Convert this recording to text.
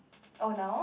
oh now